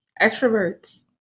extroverts